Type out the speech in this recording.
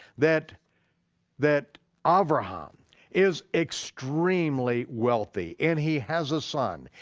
that that um abraham is extremely wealthy and he has a son,